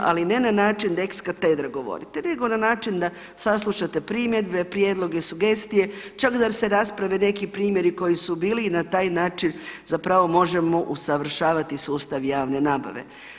Ali ne način da ex katedra govorite, nego na način da saslušate primjedbe, prijedloge i sugestije, čak da se rasprave neki primjeri koji su bili i na taj način zapravo možemo usavršavati sustav javne nabave.